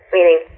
Meaning